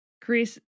Chris